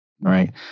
right